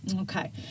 Okay